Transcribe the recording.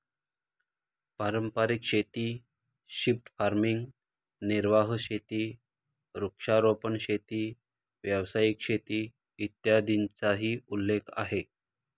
पारंपारिक शेती, shift farming, निर्वाह शेती, वृक्षारोपण शेती, व्यावसायिक शेती, इत्यादींचाही उल्लेख आहे